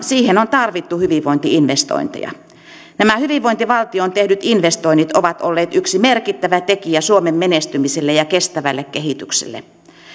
siihen on tarvittu hyvinvointi investointeja nämä hyvinvointivaltioon tehdyt investoinnit ovat olleet yksi merkittävä tekijä suomen menestymiselle ja kestävälle kehitykselle